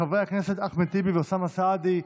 של חברי הכנסת אחמד טיבי ואוסאמה סעדי.